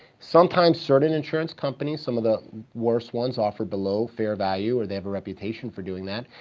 sometimes, certain insurance companies, some of the worse ones, offer below fair value or they have a reputation for doing that.